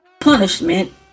punishment